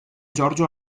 giorgio